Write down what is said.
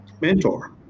mentor